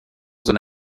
zone